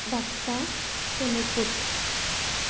Baksa Sonitpur